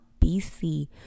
BC